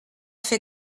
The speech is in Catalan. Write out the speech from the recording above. fer